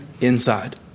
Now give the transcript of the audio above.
inside